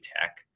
tech